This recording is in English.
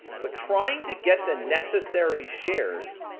but trying to get the necessary shares,